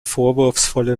vorwurfsvolle